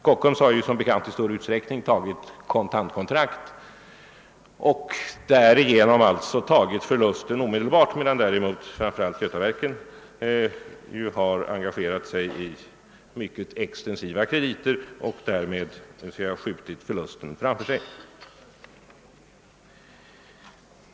Kockums har som bekant i stor utsträckning tecknat kontantkontrakt och därigenom tagit förlusten omedelbart, medan speciellt Götaverken har engagerat sig i mycket extensiva krediter och därmed så alt säga skjutit förlusten framför sig.